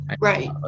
right